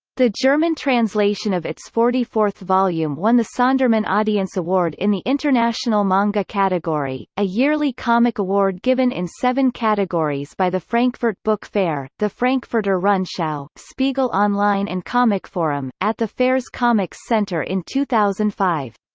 the german translation of its forty fourth volume won the sondermann audience award in the international manga category, a yearly comic award given in seven categories by the frankfurt book fair, the frankfurter rundschau, spiegel online and comicforum, at the fair's comics centre in two thousand and five.